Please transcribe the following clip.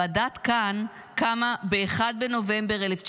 ועדת כהן קמה ב-1 בנובמבר 1982,